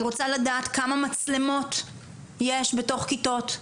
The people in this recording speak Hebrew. אני רוצה לדעת כמה מצלמות יש בתוך כיתות,